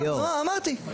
אז אמרתי,